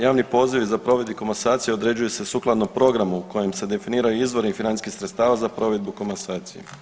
Javni pozivi za provedbu komasacije određuje se sukladno programu kojim se definira izvori financijskih sredstava za provedbu komasacije.